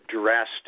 drastic